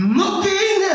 looking